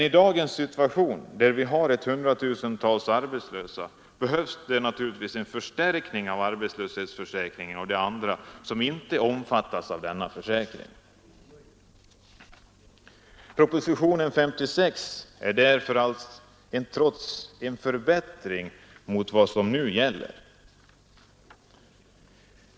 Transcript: I dagens situation med hundratusentals arbetslösa behövs naturligtvis en förstärkning av arbetslöshetsförsäkringen och ett skydd för dem som inte omfattas av denna försäkring. Propositionen 56 är därför trots allt en förbättring jämfört med vad som nu gäller.